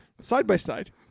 side-by-side